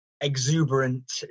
exuberant